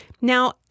Now